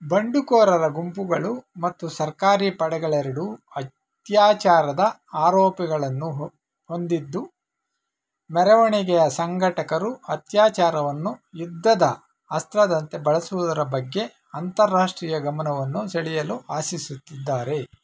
ಬಂಡುಕೋರರ ಗುಂಪುಗಳು ಮತ್ತು ಸರ್ಕಾರಿ ಪಡೆಗಳೆರಡೂ ಅತ್ಯಾಚಾರದ ಆರೋಪಿಗಳನ್ನು ಹೊಂದಿದ್ದು ಮೆರವಣಿಗೆಯ ಸಂಘಟಕರು ಅತ್ಯಾಚಾರವನ್ನು ಯುದ್ಧದ ಅಸ್ತ್ರದಂತೆ ಬಳಸುವುದರ ಬಗ್ಗೆ ಅಂತಾರಾಷ್ಟ್ರೀಯ ಗಮನವನ್ನು ಸೆಳೆಯಲು ಆಶಿಸುತ್ತಿದ್ದಾರೆ